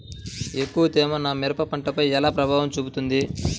ఎక్కువ తేమ నా మిరప పంటపై ఎలా ప్రభావం చూపుతుంది?